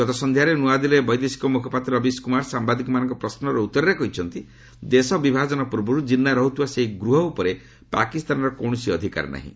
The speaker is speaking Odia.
ଗତ ସନ୍ଧ୍ୟାରେ ନୂଆଦିଲ୍ଲୀରେ ବୈଦେଶିକ ମନ୍ତ୍ରଣାଳୟ ମୁଖପାତ୍ର ରବିଶ କୁମାର ସାମ୍ବାଦିକମାନଙ୍କ ପ୍ରଶ୍ନର ଉତ୍ତରରେ କହିଛନ୍ତି ଦେଶ ବିଭାଜନ ପୂର୍ବରୁ ଜିନ୍ନା ରହୁଥିବା ସେହି ଗୃହ ଉପରେ ପାକିସ୍ତାନର କୌଣସି ଅଧିକାର ନାହିଁ